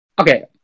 Okay